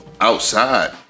outside